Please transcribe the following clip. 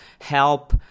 help